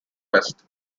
best